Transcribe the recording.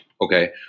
Okay